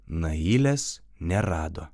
nailės nerado